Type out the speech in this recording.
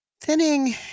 Thinning